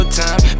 time